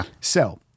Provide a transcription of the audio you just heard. So-